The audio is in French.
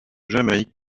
jamaïque